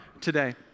today